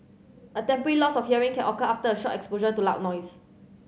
a temporary loss of hearing can occur after a short exposure to loud noise